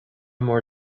more